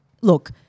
look